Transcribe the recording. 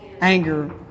anger